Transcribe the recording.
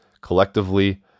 collectively